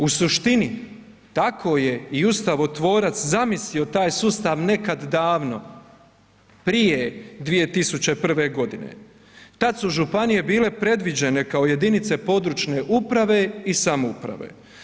U suštini, tako je i ustavotvorac zamislio taj sustav nekad davno prije 2001. g. Tad su županije bile predviđene kao jedinice područje uprave i samouprave.